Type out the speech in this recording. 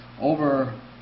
over